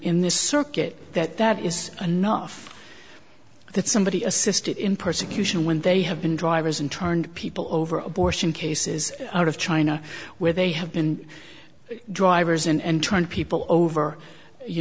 in this circuit that that is enough that somebody assisted in persecution when they have been drivers and turned people over abortion cases out of china where they have been drivers and trying people over you